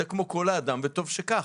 אתה עובד ככל האדם וטוב שכך.